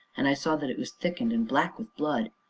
and i saw that it was thickened and black with blood.